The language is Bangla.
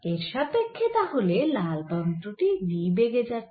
এর সাপেক্ষ্যে তাহলে লাল তন্ত্র টি v বেগে যাচ্ছে